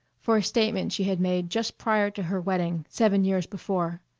for a statement she had made just prior to her wedding, seven years before.